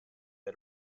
get